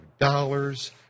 dollars